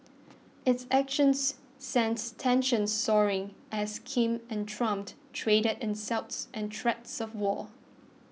its actions sent tensions soaring as Kim and Trump traded insults and threats of war